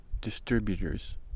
distributors